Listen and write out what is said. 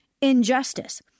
injustice